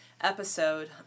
episode